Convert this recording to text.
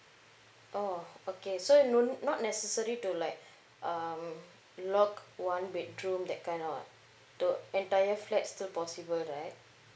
oh okay so no not necessary to like um lock one bedroom that kind or the entire flat still possible right